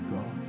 God